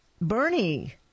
Bernie